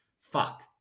fuck